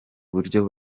buryo